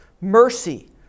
mercy